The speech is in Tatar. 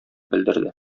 белдерде